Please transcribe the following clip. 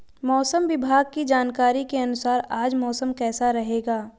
मौसम विभाग की जानकारी के अनुसार आज मौसम कैसा रहेगा?